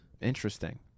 Interesting